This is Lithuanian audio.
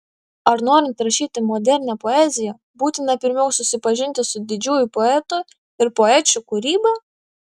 ar norint rašyti modernią poeziją būtina pirmiau susipažinti su didžiųjų poetų ir poečių kūryba